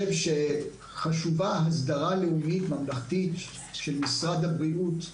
חשובה הסדרה לאומית ממלכתית של משרד הבריאות,